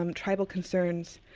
um tribal concerns,